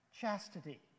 chastity